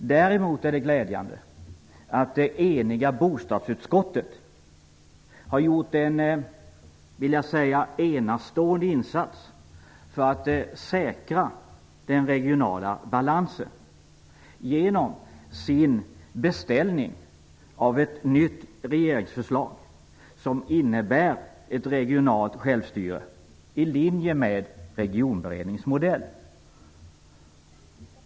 Däremot är det glädjande att ett enigt bostadsutskott har gjort en, vill jag säga, enastående insats för att säkra den regionala balansen genom sin beställning av ett nytt regeringsförslag som innebär ett regionalt självstyre, i linje med Regionberedningens modell.